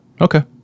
Okay